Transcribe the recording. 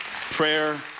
prayer